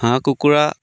হাঁহ কুকুৰা